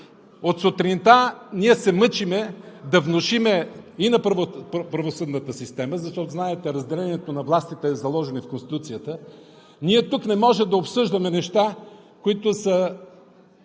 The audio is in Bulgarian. От сутринта ние се мъчим да внушим и на правосъдната система… Знаете – разделението на властите е заложено и в Конституцията. Тук не може да обсъждаме неща, които са